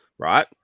Right